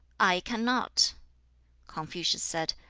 i cannot confucius said,